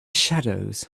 shadows